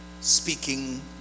speaking